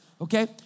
Okay